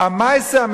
א-מעיישה,